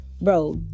bro